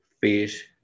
fish